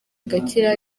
agakira